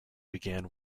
began